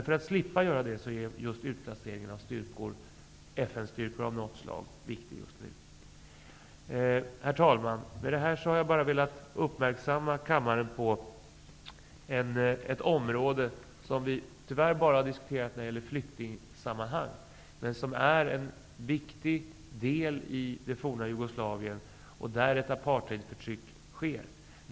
För att slippa detta är just utplaceringen av FN-styrkor en viktig åtgärd. Herr talman! Jag har velat uppmärksamma kammaren på ett område som vi tyvärr bara har diskuterat i flyktingsammanhang men som är en viktig del i det forna Jugoslavien. Där sker ett förtryck i form av apartheid.